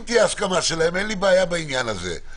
אם תהיה הסכמה שלהם, אין לי בעיה בעניין הזה.